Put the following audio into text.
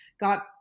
Got